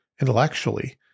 intellectually